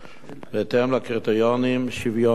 בהתאם לקריטריונים שוויוניים,